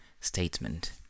statement